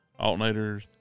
alternators